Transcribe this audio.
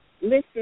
Listen